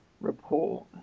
report